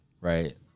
right